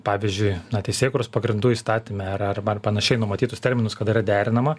pavyzdžiui teisėkūros pagrindų įstatyme ar arba ar panašiai numatytus terminus kada yra derinama